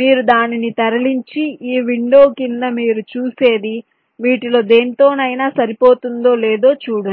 మీరు దానిని తరలించి ఈ విండో కింద మీరు చూసేది వీటిలో దేనితోనైనా సరిపోతుందో లేదో చూడండి